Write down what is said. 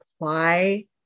apply